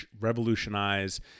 revolutionize